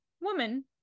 woman